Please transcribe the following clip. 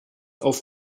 auf